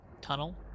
Tunnel